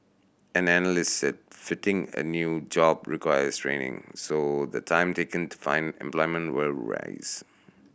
an analyst said fitting a new job requires training so the time taken to find employment will rise